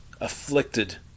afflicted